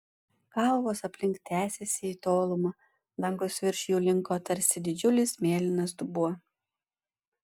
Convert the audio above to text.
kalvos aplink tęsėsi į tolumą dangus virš jų linko tarsi didžiulis mėlynas dubuo